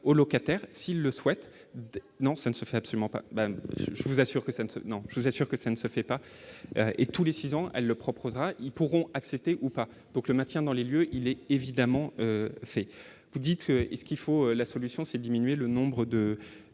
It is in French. locataires, s'ils le souhaitent, non ça ne se fait absolument pas ben je vous assure que ça ne se non, je vous assure que ça ne se fait pas et tous les 6 ans, elle le propre, ils pourront accepter ou pas, donc le maintien dans les lieux, il était évidemment fait vous dites que, est ce qu'il faut la solution, c'est diminuer le nombre de